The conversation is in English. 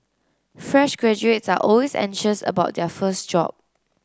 fresh graduates are always anxious about their first job